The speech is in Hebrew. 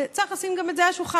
וצריך לשים גם את זה על השולחן,